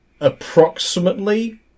approximately